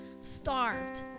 starved